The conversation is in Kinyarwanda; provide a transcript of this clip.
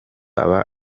aba